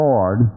Lord